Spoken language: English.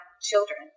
children